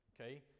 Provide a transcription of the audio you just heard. okay